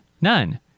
None